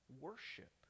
worship